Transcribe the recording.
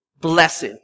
blessed